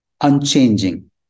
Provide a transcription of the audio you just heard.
unchanging